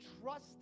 trust